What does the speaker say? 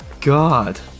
God